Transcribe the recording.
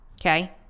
Okay